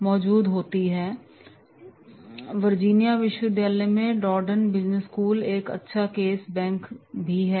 Harvard business school के मामलों की तरह वे विभिन्न स्रोतों में उपलब्ध हैं जो कि बहुत लोकप्रिय हैं वर्जीनिया विश्वविद्यालय में डॉर्डन बिजनेस स्कूल एक अच्छा केस बैंक भी हैं